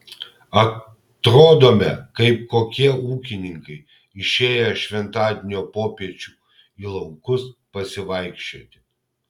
atrodome kaip kokie ūkininkai išėję šventadienio popiečiu į laukus pasivaikščioti